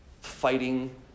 fighting